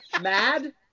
mad